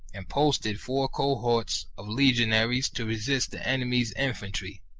and posted four cohorts of legionaries to resist the enemy's infantry,